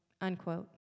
unquote